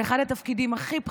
אחד התפקידים הכי בכירים,